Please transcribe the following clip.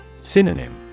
Synonym